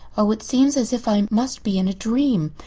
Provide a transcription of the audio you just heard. oh, it seems as if i must be in a dream.